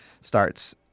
starts